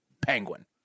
penguin